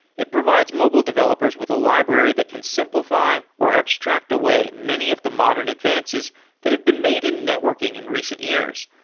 it provides mobile developers with a library that can simplify or abstract away many of the modern advances that have been made in networking in recent years,